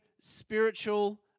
spiritual